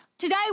Today